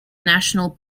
national